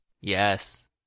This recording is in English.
Yes